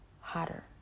hotter